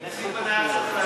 הנוספת,